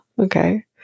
okay